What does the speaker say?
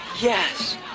Yes